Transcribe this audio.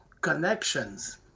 connections